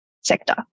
sector